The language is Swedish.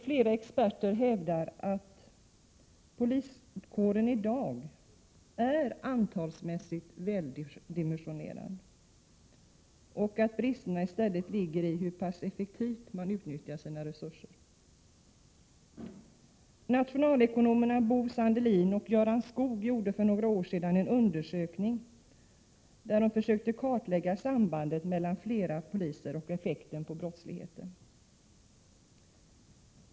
Flera experter hävdar att poliskåren i dag är antalsmässigt väldimensionerad och att bristerna i stället ligger i hur pass effektivt man utnyttjar sina resurser. Nationalekonomerna Bo Sandelin och Göran Skogh gjorde för några år sedan en undersökning, där de försökte kartlägga sambandet mellan flera poliser och effekten på brottsligheten.